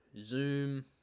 Zoom